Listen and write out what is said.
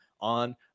on